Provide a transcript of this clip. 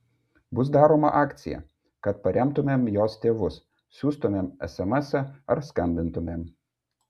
bus daroma akcija kad paremtumėm jos tėvus siųstumėm esemesą ar skambintumėm